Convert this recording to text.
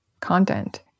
content